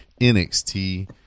NXT